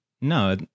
No